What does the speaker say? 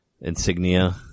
insignia